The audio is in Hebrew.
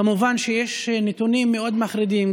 כמובן, יש נתונים מאוד מחרידים.